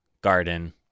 garden